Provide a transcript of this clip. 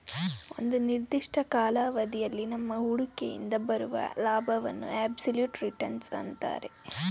ಒಂದು ನಿರ್ದಿಷ್ಟ ಕಾಲಾವಧಿಯಲ್ಲಿ ನಮ್ಮ ಹೂಡಿಕೆಯಿಂದ ಬರುವ ಲಾಭವನ್ನು ಅಬ್ಸಲ್ಯೂಟ್ ರಿಟರ್ನ್ಸ್ ಅಂತರೆ